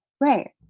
Right